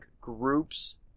groups